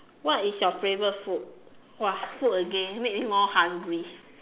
what is your favourite food !wah! food again make me more hungry